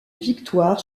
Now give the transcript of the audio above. victoires